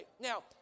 Now